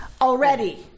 already